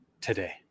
today